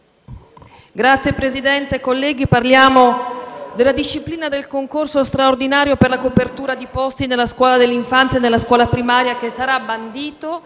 Signor Presidente, colleghi, parliamo della disciplina del concorso straordinario per la copertura di posti per la scuola dell'infanzia e nella scuola primaria, che sarà bandito